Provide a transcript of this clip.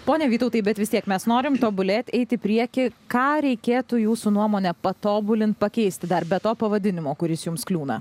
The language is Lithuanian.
pone vytautai bet vis tiek mes norim tobulėt eit į priekį ką reikėtų jūsų nuomone patobulint pakeisti dar be to pavadinimo kuris jums kliūna